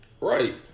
Right